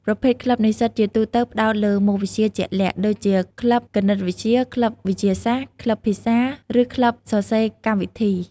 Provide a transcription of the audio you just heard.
ប្រភេទក្លឹបនិស្សិតជាទូទៅ ផ្តោតលើមុខវិជ្ជាជាក់លាក់ ដូចជា ក្លឹបគណិតវិទ្យា ក្លឹបវិទ្យាសាស្ត្រ ក្លឹបភាសា ឬក្លឹបសរសេរកម្មវិធី។